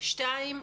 שתיים,